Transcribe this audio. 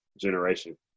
generation